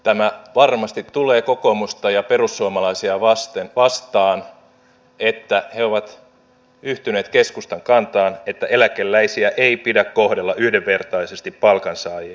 tämä varmasti tulee kokoomusta ja perussuomalaisia vastaan että he ovat yhtyneet keskustan kantaan että eläkeläisiä ei pidä kohdella yhdenvertaisesti palkansaajiin nähden